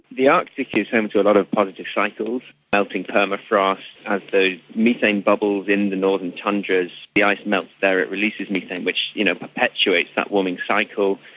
the arctic is home to a lot of positive cycles, melting permafrost, as the methane bubbles in the northern tundra, the ice melts there, it releases methane which you know perpetuates that warming cycle.